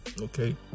Okay